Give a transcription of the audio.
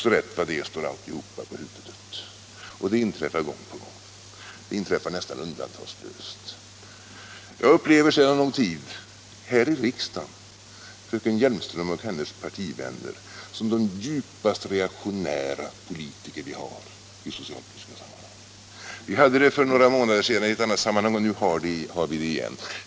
Men rätt som det är står alltihop på huvudet. Detta inträffar gång på gång. Det inträffar nästan undantagslöst. Jag upplever sedan någon tid här i riksdagen fröken Hjelmström och hennes partivänner som de djupast reaktionära politiker vi har i socialpolitiska sammanhang. Jag upplevde det för några månader sedan, och nu gör jag det igen.